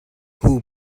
who